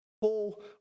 Paul